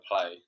play